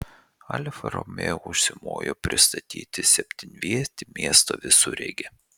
alfa romeo užsimojo pristatyti septynvietį miesto visureigį